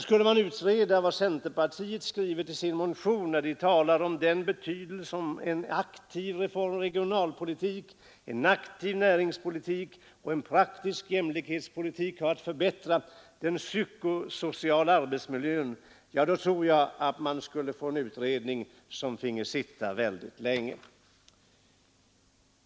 Skulle man utreda vad centerpartiet skrivit i sin motion, där det talas om den betydelse som en aktiv reformoch regionalpolitik, en aktiv näringspolitik och en praktisk jämlikhetspolitik har för att förbättra den psykosociala arbetsmiljön, tror jag att vi skulle få en utredning som finge sitta väldigt länge.